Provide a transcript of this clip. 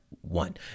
one